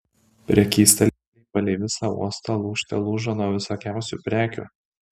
prekystaliai palei visą uostą lūžte lūžo nuo visokiausių prekių